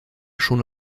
schon